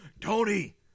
Tony